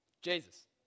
jesus